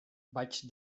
vaig